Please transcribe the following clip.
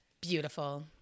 beautiful